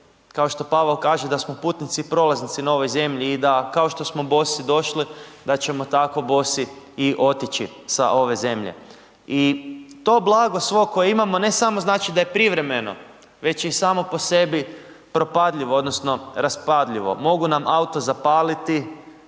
kao što Pavao kaže da smo putnici prolaznici na ovoj zemlji i da kao što smo bosi došli da ćemo tako bosi i otići sa ove zemlje. I to blago svo koje imamo ne samo znači da je privremeno već je i samo po sebi propadljivo, odnosno raspadljivo. Mogu nam auto zapaliti